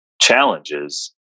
challenges